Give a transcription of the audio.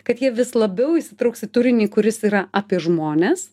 kad jie vis labiau įsitrauks į turinį kuris yra apie žmones